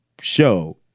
show